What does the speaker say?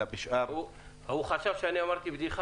הוא חשב שהתבדחתי.